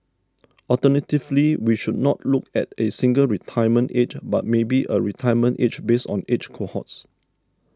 alternatively we should not look at a single retirement age but maybe a retirement age based on age cohorts